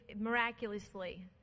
miraculously